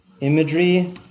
Imagery